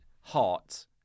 hot